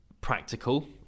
practical